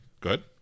Good